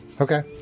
Okay